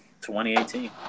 2018